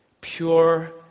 pure